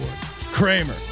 Kramer